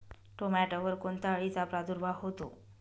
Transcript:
टोमॅटोवर कोणत्या अळीचा प्रादुर्भाव होतो?